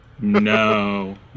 No